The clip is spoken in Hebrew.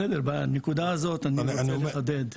בסדר, בנקודה הזו אני אנסה לחדד.